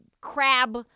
crab